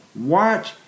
Watch